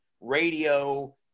radio